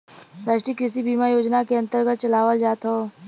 राष्ट्रीय कृषि बीमा योजना के अन्दर चलावल जात हौ